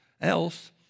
else